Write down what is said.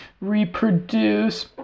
reproduce